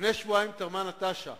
לפני שבועיים תרמה נטשה,